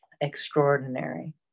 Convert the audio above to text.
extraordinary